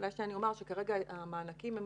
כרגע המענקים הם